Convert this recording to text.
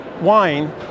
wine